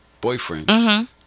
boyfriend